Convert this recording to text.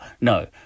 No